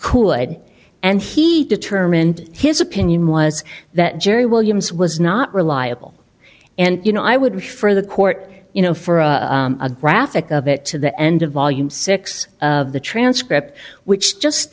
could and he determined his opinion was that gerry williams was not reliable and you know i would refer the court you know for a a graphic of it to the end of volume six of the transcript which just